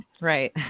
Right